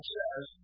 says